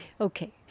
Okay